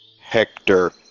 Hector